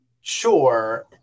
Sure